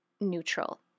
neutral